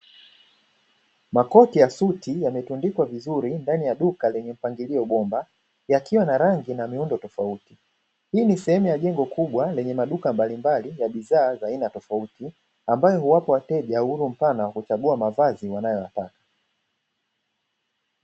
Makoti ya suti yametuandikwa vizuri ndani ya duka lenye mpangilio bomba, yakiwa na rangi na miundo tofauti. Hii ni sehemu ya jengo kubwa lenye maduka mbalimbali ya bidhaa za aina tofauti, ambayo huwapa wateja uhuru mfano wa kuchagua mavazi wanayoyataka.